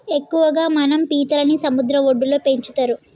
ఎక్కువగా మనం పీతలని సముద్ర వడ్డులో పెంచుతరు